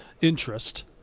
interest